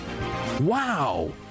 Wow